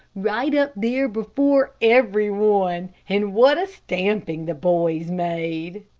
right up there before every one, and what a stamping the boys made.